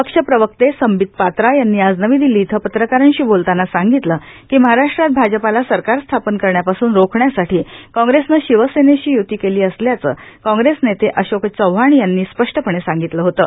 पक्षप्रक्ते संवित पात्रा यांनी आज नवी दिल्ली इयं पत्रकारांश्री बोलताना सांगितलं की महाराष्ट्रात भाजपाला सरकार स्थापन करण्यापासून रोखण्यासाठी कॉंप्रेसनं शिवसेनेश्री युती केली असल्याचं कॉंप्रेस नेते अशोक चव्हाण यांनी स्पष्टपणे सांगितलं होतं